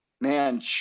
man